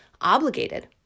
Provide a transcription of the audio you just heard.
Obligated